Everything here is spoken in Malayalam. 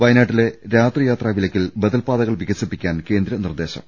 വയനാട്ടിലെ രാത്രിയാത്രാ വിലക്കിൽ ബദൽപാതകൾ വികസിപ്പിക്കാൻ കേന്ദ്ര നിർദ്ദേശം